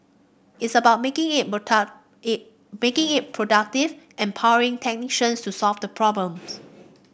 it's about making it more it making it productive and empowering technicians to solve the problems